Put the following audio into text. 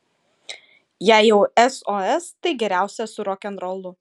jei jau sos tai geriausia su rokenrolu